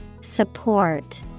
Support